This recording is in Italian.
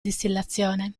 distillazione